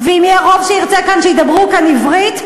ואם יהיה רוב שירצה שידברו כאן עברית,